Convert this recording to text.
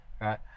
right